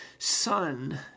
Son